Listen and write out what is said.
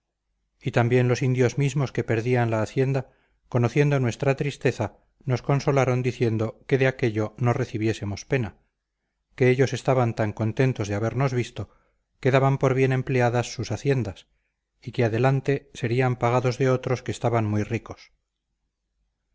y también los indios mismos que perdían la hacienda conociendo nuestra tristeza nos consolaron diciendo que de aquello no recibiésemos pena que ellos estaban tan contentos de habernos visto que daban por bien empleadas sus haciendas y que adelante serían pagados de otros que estaban muy ricos